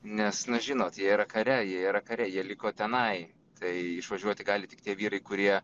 nes na žinot jie yra kare jie yra kare jie liko tenai tai išvažiuoti gali tik tie vyrai kurie